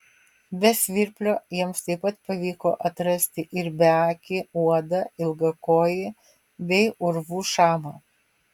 be svirplio jiems taip pat pavyko atrasti ir beakį uodą ilgakojį bei urvų šamą